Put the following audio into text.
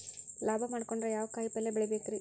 ಲಾಭ ಮಾಡಕೊಂಡ್ರ ಯಾವ ಕಾಯಿಪಲ್ಯ ಬೆಳಿಬೇಕ್ರೇ?